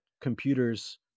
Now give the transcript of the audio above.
computers